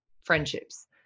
friendships